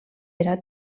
era